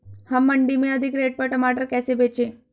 हम मंडी में अधिक रेट पर टमाटर कैसे बेचें?